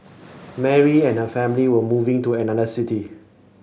Mary and her family were moving to another city